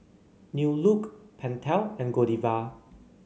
New Look Pentel and Godiva